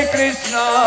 Krishna